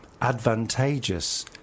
advantageous